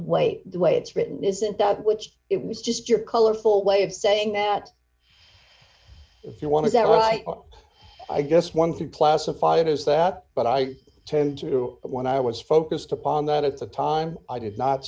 wait the way it's written isn't that which it was just your colorful way of saying that if you want is that right i guess one to classify it as that but i tend to when i was focused upon that at the time i did not